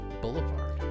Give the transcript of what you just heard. Boulevard